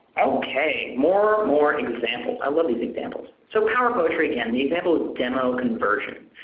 okay, more, more examples. i love these examples. so power poetry again, the example is demo conversion.